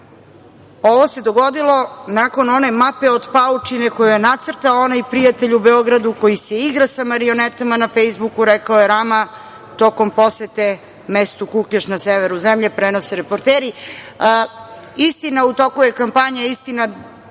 Ovo se dogodilo nakon one mape od paučine koju je nacrtao onaj prijatelj u Beogradu, koji se igra sa marionetama na "Fejsbuku", rekao je Rama tokom posete mestu Kukeš na severu zemlje, prenose reporteri. Istina, dobar je ovo pokušaj Edija